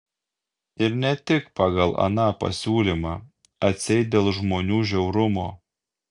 ir ne tik pagal aną pasiūlymą atseit dėl žmonių žiaurumo